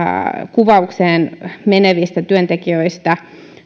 kuvaukseen menevistä työntekijöistä